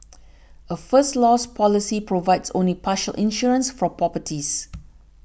a First Loss policy provides only partial insurance for properties